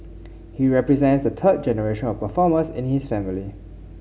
he represents the third generation of performers in his family